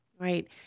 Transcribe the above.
Right